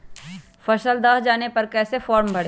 फसल दह जाने पर कैसे फॉर्म भरे?